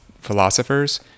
philosophers